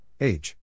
age